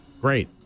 Great